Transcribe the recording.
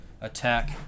attack